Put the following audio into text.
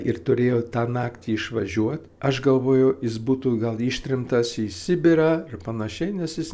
ir turėjo tą naktį išvažiuot aš galvojau jis būtų gal ištremtas į sibirą ir panašiai nes jis